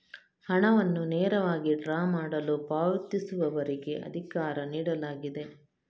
ಹಣವನ್ನು ನೇರವಾಗಿ ಡ್ರಾ ಮಾಡಲು ಪಾವತಿಸುವವರಿಗೆ ಅಧಿಕಾರ ನೀಡಲಾಗಿದೆ